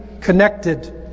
connected